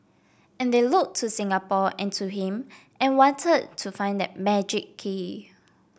and they looked to Singapore and to him and wanted to find that magic key